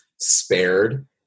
spared